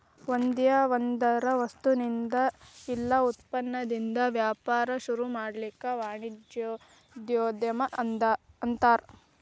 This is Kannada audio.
ಒಂದ್ಯಾವ್ದರ ವಸ್ತುಇಂದಾ ಇಲ್ಲಾ ಉತ್ಪನ್ನದಿಂದಾ ವ್ಯಾಪಾರ ಶುರುಮಾಡೊದಕ್ಕ ವಾಣಿಜ್ಯೊದ್ಯಮ ಅನ್ತಾರ